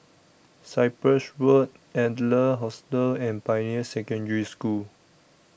Cyprus Road Adler Hostel and Pioneer Secondary School